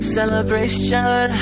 Celebration